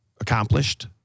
accomplished